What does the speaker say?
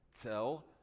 tell